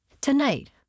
Tonight